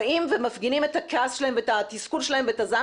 באים ומפגינים את הכעס שלהם ואת התסכול שלהם ואת הזעם